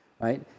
right